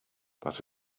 that